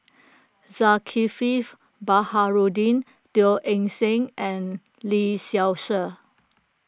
Zulkifli Baharudin Teo Eng Seng and Lee Seow Ser